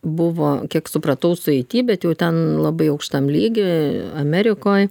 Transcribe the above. buvo kiek supratau su it bet jau ten labai aukštam lygy amerikoj